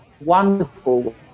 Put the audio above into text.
wonderful